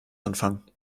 anfangen